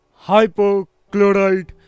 hypochlorite